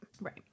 Right